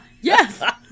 Yes